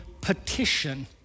petition